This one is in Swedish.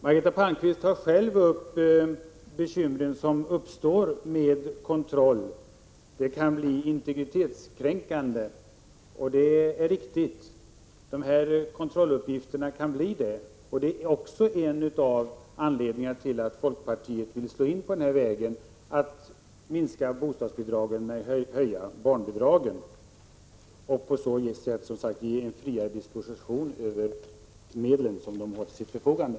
Margareta Palmqvist tar själv upp de bekymmer som uppkommer genom kontrollen och menar att den kan bli integritetskränkande. Det är riktigt att kontrolluppgifterna kan bli det. Det är också en av anledningarna till att folkpartiet vill minska bostadsbidragen och i stället höja barnbidragen. På det sättet kan man friare disponera de medel som man har till förfogande.